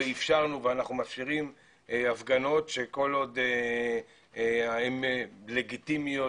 אפשרנו ואנחנו מאפשרים הפגנות שעל עוד הן לגיטימיות,